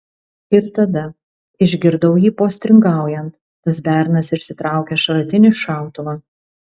ir tada išgirdau jį postringaujant tas bernas išsitraukia šratinį šautuvą